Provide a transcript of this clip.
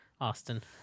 Austin